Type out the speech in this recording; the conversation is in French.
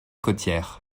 côtières